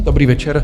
Dobrý večer.